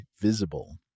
Visible